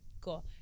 Cool